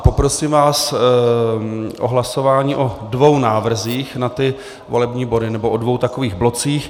Poprosím vás o hlasování o dvou návrzích na volební body, nebo o dvou takových blocích.